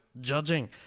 judging